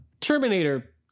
Terminator